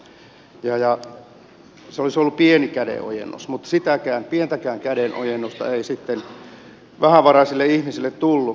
se olisi ollut pieni kädenojennus mutta sitä pientäkään kädenojennusta ei sitten vähävaraisille ihmisille tullut